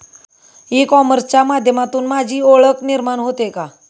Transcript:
E कॉमर्सच्या माध्यमातून माझी ओळख निर्माण होते का?